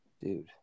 Dude